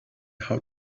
how